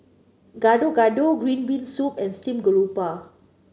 Gado Gado Green Bean Soup and Steamed Garoupa